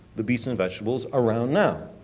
the beasts and vegetables around now.